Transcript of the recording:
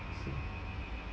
so